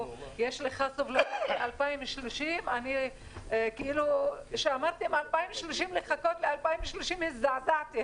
אם יש סבלנות עד 2030. כשאמרתם לחכות עד 2030 הזדעזעתי,